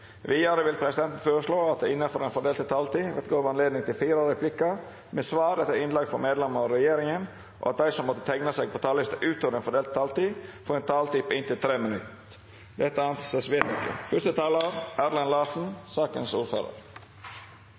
Videre vil presidenten foreslå at det – innenfor den fordelte taletid – blir gitt anledning til replikkordskifte på inntil seks replikker med svar etter innlegg fra medlemmer av regjeringen, og at de som måtte tegne seg på talerlisten utover den fordelte taletid, får en taletid på inntil 3 minutter. – Det anses